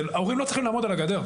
ההורים לא צריכים לעמוד על הגדר,